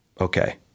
Okay